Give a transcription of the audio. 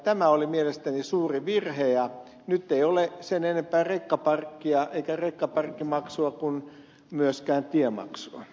tämä oli mielestäni suuri virhe ja nyt ei ole sen enempää rekkaparkkia rekkaparkkimaksua kuin myöskään tiemaksua